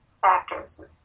factors